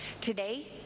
today